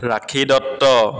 rakhi Dutta